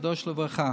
וקדוש לברכה.